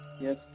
Yes